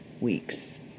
weeks